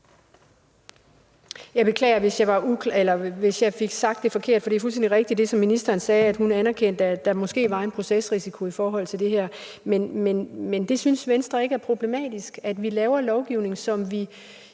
Jeg beklager, hvis jeg fik sagt det forkert. Det er fuldstændig rigtigt, som ministeren sagde, at hun anerkender, at der måske er en procesrisiko i det her. Men det synes Venstre ikke er problematisk? I virkeligheden kunne